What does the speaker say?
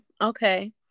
okay